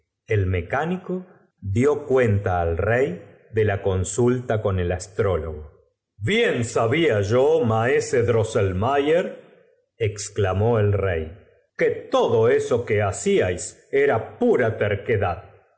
el mecánico dió cuenta al rey de la consulta con el astrólogo bien sabia yo maese drosselmayer exclamó el rey que todo eso que hacíais era pura terquedad